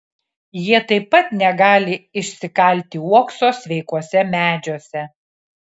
jie taip pat negali išsikalti uokso sveikuose medžiuose